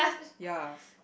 ya